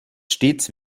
stets